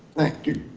thank you.